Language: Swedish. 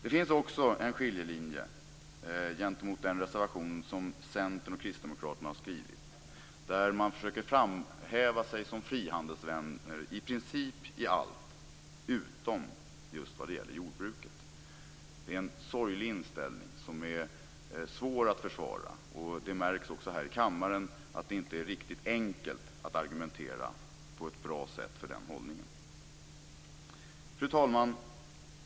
Det finns också en skiljelinje gentemot den reservation som Centern och Kristdemokraterna har skrivit, där de försöker framhäva sig som frihandelsvänner i princip i allt utom just vad det gäller jordbruket. Det är en sorglig inställning som är svår att försvara. Och det märks också här i kammaren att det inte är riktigt enkelt att argumentera på ett bra sätt för den hållningen. Fru talman!